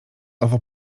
owo